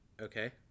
okay